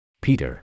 Peter